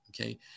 okay